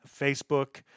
Facebook